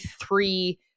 three